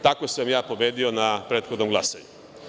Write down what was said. Tako sam ja pobedio na prethodnom glasanju.